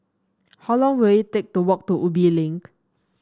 how long will it take to walk to Ubi Link